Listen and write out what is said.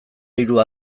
hiru